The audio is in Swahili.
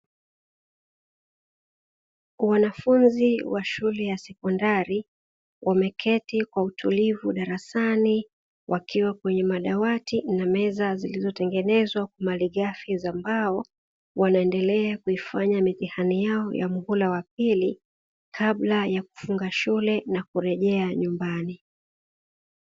Wanafunzi wa shule ya sekondari wameketi kwa utulivu darasani, wakiwa kwenye madawati na meza zilizotengenezwa kwa malighafi za mbao, wanaendelea kuifanya mitihani yao ya muhula wa pili, kabla ya kufunga shule na kurejea nyumbani.